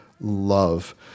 love